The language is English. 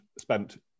spent